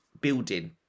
building